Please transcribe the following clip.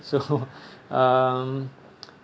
so um